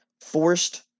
forced